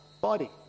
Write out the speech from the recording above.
body